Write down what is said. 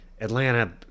Atlanta